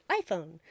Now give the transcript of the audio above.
iPhone